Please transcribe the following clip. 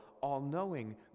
all-knowing